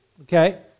Okay